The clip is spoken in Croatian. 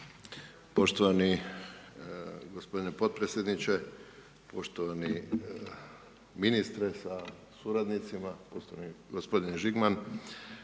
Poštovani gospodine potpredsjedniče, poštovani ministre sa suradnicima. U ime Kluba zastupnika,